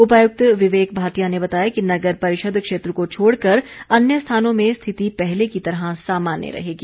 उपायुक्त विवेक भाटिया ने बताया कि नगर परिषद क्षेत्र को छोड़कर अन्य स्थानों में स्थिति पहले की तरह सामान्य रहेगी